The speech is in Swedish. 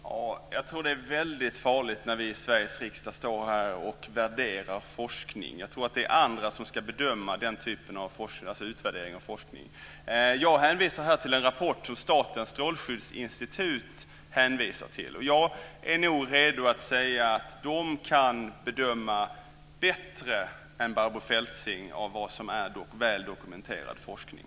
Fru talman! Jag tror att det är väldigt farligt när vi i Sveriges riksdag står här och värderar forskning. Jag tror att det är andra som ska bedöma forskning och göra utvärderingar av den. Jag nämner här en rapport som Statens strålskyddsinstitut hänvisar till. Jag är nog redo att säga att SSI bättre än Barbro Feltzing kan bedöma vad som är väldokumenterad forskning.